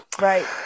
Right